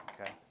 Okay